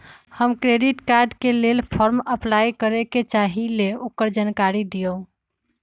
हम debit card के लेल फॉर्म अपलाई करे के चाहीं ल ओकर जानकारी दीउ?